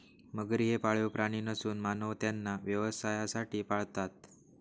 मगरी हे पाळीव प्राणी नसून मानव त्यांना व्यवसायासाठी पाळतात